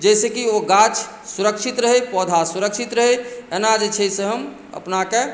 जाहिसँ कि ओ गाछ सुरक्षित रहै पौधा सुरक्षित रहै एना जे छै से हम अपनाके